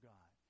God